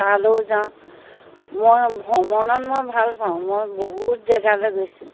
তালৈও যাওঁ মই ভ্ৰমণত মই ভালপাওঁ মই বহুত জেগালৈ গৈছোঁ